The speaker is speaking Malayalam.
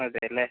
അതെ അല്ലേ